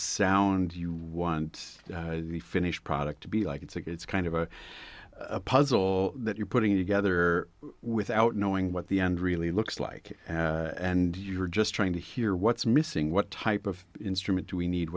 sound you want the finished product to be like it's a good kind of a puzzle that you're putting together without knowing what the end really looks like and you're just trying to hear what's missing what type of instrument do we need